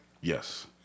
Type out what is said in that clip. Yes